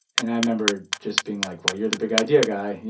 and i remember just being like, well, you're the big idea guy,